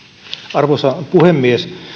arvoisa puhemies